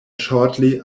shortly